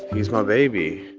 he's my baby